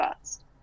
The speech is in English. first